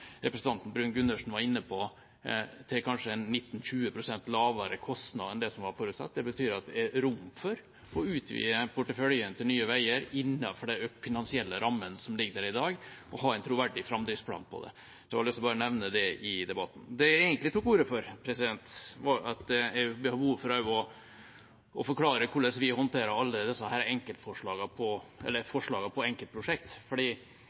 representanten Bruun-Gundersen var inne på, fullfører de en god del prosjekt til kanskje 19–20 pst. lavere kostnad enn det som var forutsatt. Det betyr at det er rom for å utvide porteføljen til Nye Veier innenfor de finansielle rammene som ligger der i dag, og ha en troverdig framdriftsplan på det. Jeg hadde bare lyst til å nevne det i debatten. Det jeg egentlig tok ordet for, var at jeg har behov for også å forklare hvordan vi håndterer alle disse forslagene på